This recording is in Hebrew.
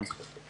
כן, בבקשה.